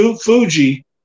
Fuji